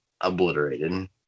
obliterated